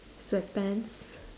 sweat pants